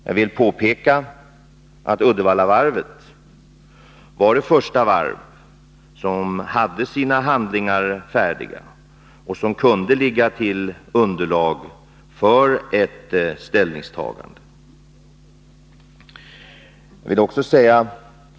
Jag vill påpeka att Uddevallavarvet var det första varv som hade sådana handlingar färdiga att de kunde utgöra underlag till ett ställningstagande.